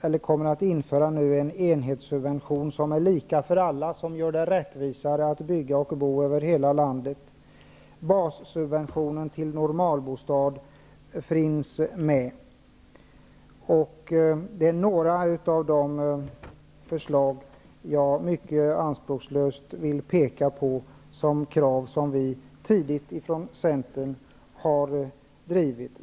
Vi kommer att införa en enhetssubvention, som är lika för alla. Den är rättvisare och gör det lika att bygga och bo över hela landet. Bassubventionen till en normalbostad finns med. Detta är några av de förslag som jag mycket anspråkslöst vill peka på såsom krav som vi tidigt har drivit från Centern.